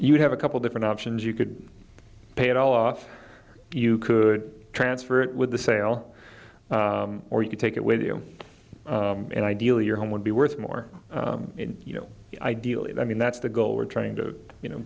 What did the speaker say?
you'd have a couple different options you could pay it off you could transfer it with the sale or you could take it with you and ideally your home would be worth more in you know ideally i mean that's the goal we're trying to you know